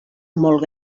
molt